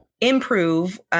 improve